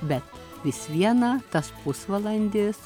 bet vis viena tas pusvalandis